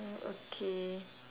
um okay